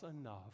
enough